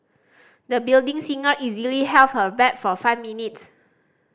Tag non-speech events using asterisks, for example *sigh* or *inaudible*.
the building singer easily held her *unintelligible* for five minutes